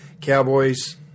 Cowboys